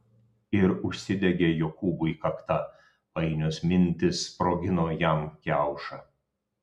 ir užsidegė jokūbui kakta painios mintys sprogino jam kiaušą